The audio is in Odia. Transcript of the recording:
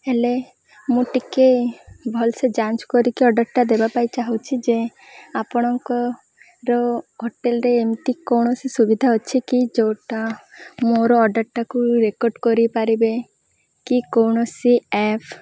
ହେଲେ ମୁଁ ଟିକେ ଭଲସେ ଯାଞ୍ଚ କରିକି ଅର୍ଡ଼ର୍ଟା ଦେବା ପାଇଁ ଚାହୁଁଛି ଯେ ଆପଣଙ୍କର ହୋଟେଲ୍ରେ ଏମିତି କୌଣସି ସୁବିଧା ଅଛି କି ଯେଉଁଟା ମୋର ଅର୍ଡ଼ର୍ଟାକୁ ରେକର୍ଡ଼ କରିପାରିବେ କି କୌଣସି ଆପ୍